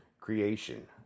creation